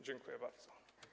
Dziękuję bardzo.